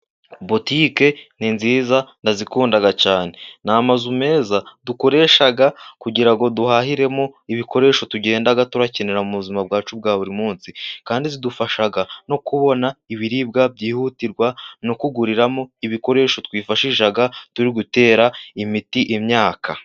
Butike ni nziza ndazikunda cyane, ni amazu meza dukoresha kugira ngo duhahiremo ibikoresho, tugenda dukenera mu buzima bwacu bwa buri munsi, kandi zidufasha no kubona ibiribwa byihutirwa, no kuguriramo ibikoresho twifashisha turi gutera imiti imyaka.